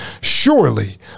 Surely